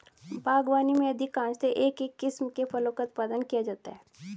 बागवानी में अधिकांशतः एक ही किस्म के फलों का उत्पादन किया जाता है